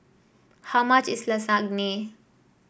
how much is Lasagne